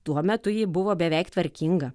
tuo metu ji buvo beveik tvarkinga